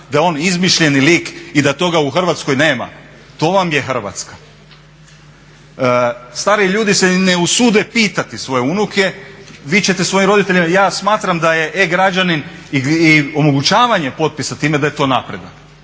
je on izmišljeni lik i da toga u Hrvatskoj nema. To vam je Hrvatska. Stari ljudi se i ne usude pitati svoje unuke. Vi ćete svojim roditeljima, ja smatram da je e-građanin i omogućavanje potpisa time da je to napredak,